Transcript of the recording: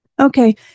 Okay